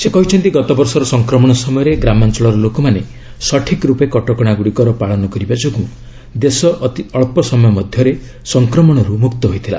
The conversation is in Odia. ସେ କହିଛନ୍ତି ଗତବର୍ଷର ସଂକ୍ରମଣ ସମୟରେ ଗ୍ରାମାଞ୍ଚଳର ଲୋକମାନେ ସଠିକ୍ ରୂପେ କଟକଶାଗୁଡ଼ିକର ପାଳନ କରିବା ଯୋଗୁଁ ଦେଶ ଅତି ଅଳ୍ପ ସମୟ ମଧ୍ୟରେ ସଂକ୍ରମଣରୁ ମୁକ୍ତ ହୋଇଥିଲା